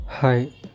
Hi